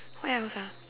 what else ah